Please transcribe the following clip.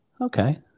Okay